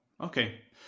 Okay